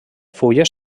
fulles